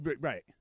Right